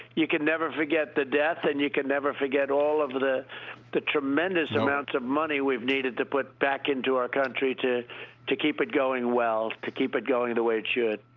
you can never forget the death, and you can never forget all of the the tremendous amounts of money we've needed to put back into our country to to keep it going well, the keep it going the way it should.